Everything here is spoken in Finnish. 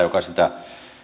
joka sitä